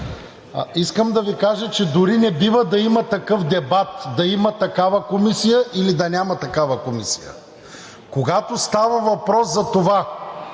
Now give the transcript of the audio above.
Искам да Ви кажа, че дори не бива да има такъв дебат – да има ли такава комисия, или да няма такава комисия. Когато става въпрос за това